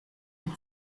die